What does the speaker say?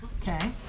Okay